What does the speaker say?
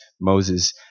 Moses